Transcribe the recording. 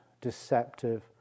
deceptive